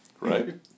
right